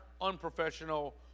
unprofessional